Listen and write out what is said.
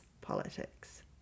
politics